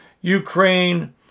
Ukraine